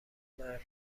مردود